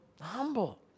Humble